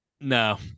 no